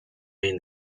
mean